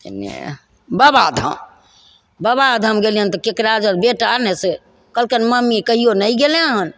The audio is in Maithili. कन्ने बाबाधाम बाबाधाम गेलअनि तऽ ककरा जर बेटा नहि से कहलकनि मम्मी कहिओ नहि गेलै हँ